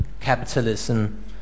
capitalism